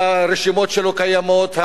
הרשימות שלו קיימות,